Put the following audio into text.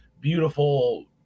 beautiful